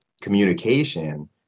communication